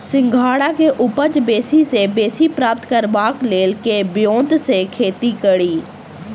सिंघाड़ा केँ उपज बेसी सऽ बेसी प्राप्त करबाक लेल केँ ब्योंत सऽ खेती कड़ी?